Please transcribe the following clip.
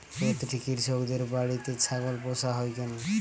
প্রতিটি কৃষকদের বাড়িতে ছাগল পোষা হয় কেন?